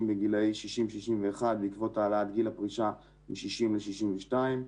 בגילאי 60 61 בעקבות העלאת גיל הפרישה מ-60 ל-62.